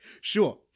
Sure